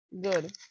Good